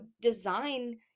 design